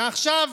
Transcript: ועכשיו,